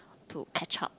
to catch up